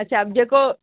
अच्छा बि जेको